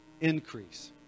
increase